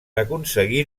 aconseguir